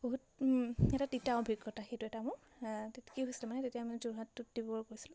বহুত এটা তিতা অভিজ্ঞতা সেইটো এটা মোৰ তাত কি হৈছিলে মানে তেতিয়া মানে যোৰহাটটোত দিব গৈছিলোঁ